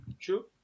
True